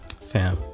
fam